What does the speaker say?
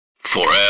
Forever